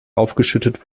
aufgeschüttet